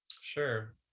sure